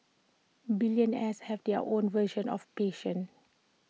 billionaires have their own version of patience